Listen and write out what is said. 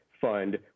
fund